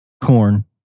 corn